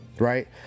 Right